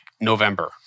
November